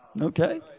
Okay